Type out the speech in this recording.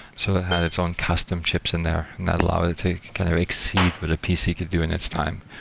so it had its own custom chips in there and that allowed it to kind of exceed what a pc could do in its time.